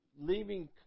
leaving